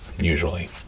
usually